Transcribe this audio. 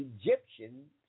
Egyptians